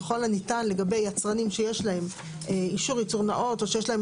ככל הניתן לגבי יצרנים שיש להם אישור ייצור נאות או שיש להם